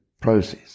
process